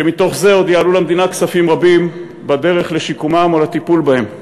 שעוד יעלו למדינה כספים רבים בדרך לשיקומם או לטיפול בהם.